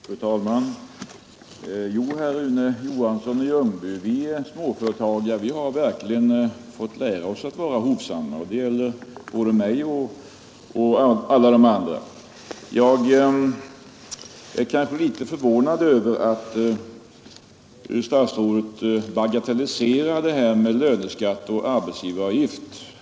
Fru talman! Jo, herr Rune Johansson i Ljungby, vi småföretagare har verkligen fått lära oss att vara hovsamma. Det gäller både mig och alla de andra. Jag är kanske litet förvånad över att statsrådet bagatelliserade löneskatten och arbetsgivaravgiften.